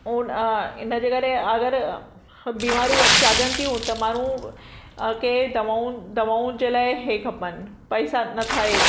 उन इनजे करे अगरि बीमारियूं जाॻनि थियूं त माण्हू केरु दवाउनि दवाउनि जे लाइ हे खपनि पैसा नथा हे